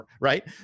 Right